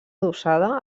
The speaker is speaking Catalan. adossada